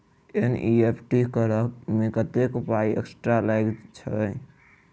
NEFT करऽ मे कत्तेक पाई एक्स्ट्रा लागई छई?